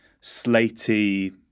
slaty